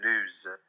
lose